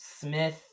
Smith